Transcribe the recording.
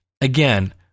Again